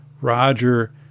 Roger